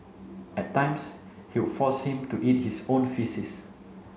at times he would force him to eat his own faeces